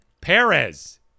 Perez